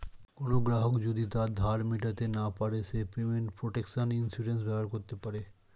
কোনো গ্রাহক যদি তার ধার মেটাতে না পারে সে পেমেন্ট প্রটেকশন ইন্সুরেন্স ব্যবহার করতে পারে